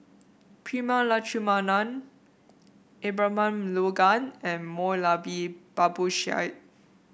Prema Letchumanan Abraham Logan and Moulavi Babu Sahib